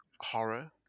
horror